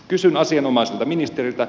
kysyn asianomaiselta ministeriltä